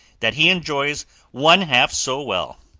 that he enjoys one-half so well.